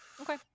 Okay